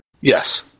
Yes